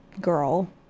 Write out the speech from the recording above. girl